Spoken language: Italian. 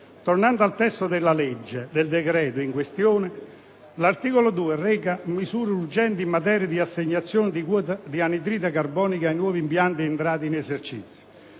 Tornando al testo del decreto-legge in questione, l'articolo 2 reca misure urgenti in materia di assegnazione delle quote di anidride carbonica ai nuovi impianti entrati in esercizio.